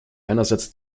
einerseits